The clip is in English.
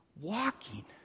walking